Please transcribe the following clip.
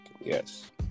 Yes